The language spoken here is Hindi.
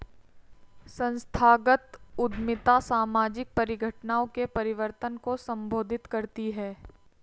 संस्थागत उद्यमिता सामाजिक परिघटनाओं के परिवर्तन को संबोधित करती है